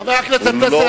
חבר הכנסת פלסנר,